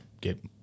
get